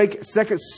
second